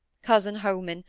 cousin holman,